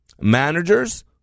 Managers